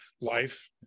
life